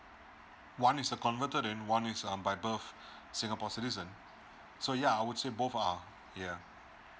one is a converted then one is um by birth singapore citizen so yeah I would say both are yeah